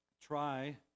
try